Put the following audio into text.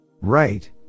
Right